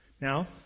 Now